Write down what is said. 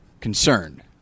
concerned